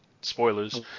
spoilers